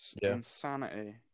insanity